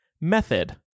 method